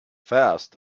fast